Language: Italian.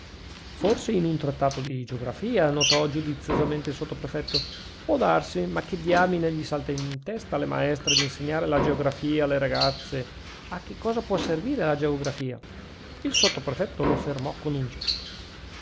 forse in un trattato di geografia notò giudiziosamente il sottoprefetto può darsi ma che diamine gli salta in testa alle maestre d'insegnare la geografia alle ragazze a che cosa può servire la geografia il sottoprefetto lo fermò con un gesto